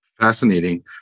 Fascinating